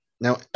now